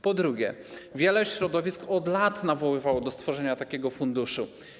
Po drugie, wiele środowisk od lat nawoływało do stworzenia takiego funduszu.